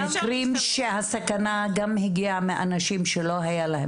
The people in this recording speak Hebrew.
לפעמים הסכנה גם הגיעה מאנשים שלא היה להם